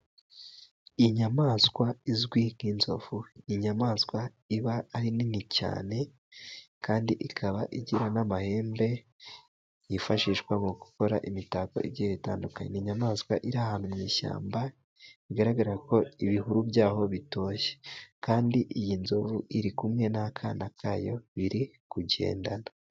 Inyamaswa izwi nk'inzovu. Inyamaswa iba ari nini cyane kandi ikaba igira n'amahembe yifashishwa mu gukora imitako igiye itandukanye. Inyamaswa iri ahantu mu ishyamba, bigaragara ko ibihuru byaho bitoshye. Kandi iyi nzovu iri kumwe n'akana kayo biri kugendana.